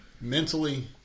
Mentally